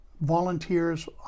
volunteers